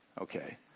Okay